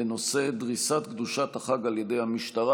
בנושא: דריסת קדושת החג על ידי המשטרה.